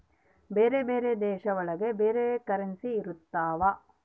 ಬೇರೆ ಬೇರೆ ದೇಶ ಒಳಗ ಬೇರೆ ಕರೆನ್ಸಿ ಇರ್ತವ